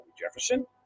Jefferson